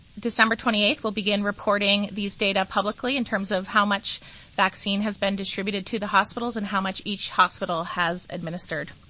december twenty eight, we'll begin reporting this data publicly in terms of how much vaccine has been distributed to the hospitals and how much each hospital has administered.